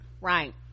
right